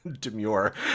demure